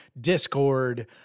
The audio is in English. Discord